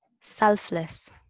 selfless